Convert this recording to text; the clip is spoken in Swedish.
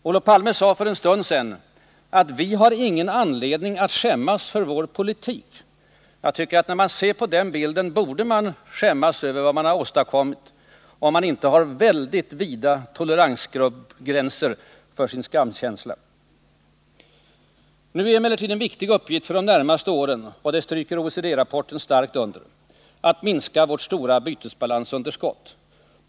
Olof Palme sade för en stund sedan: Vi har ingen anledning att skämmas för vår politik. Jag tycker att den som ser på denna bild borde skämmas över vad man åstadkommit, om inte toleransgränsen för skamkänslorna är mycket vid. Nu är emellertid en viktig uppgift för de närmaste åren — det stryker OECD-rapporten starkt under — att minska vårt stora bytesbalansunderskott.